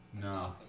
No